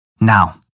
Now